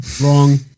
Wrong